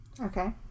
Okay